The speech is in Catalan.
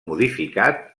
modificat